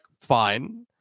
fine